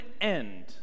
end